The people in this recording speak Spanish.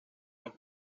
los